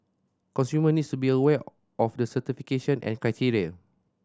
consumer needs to be aware of the certification and criteria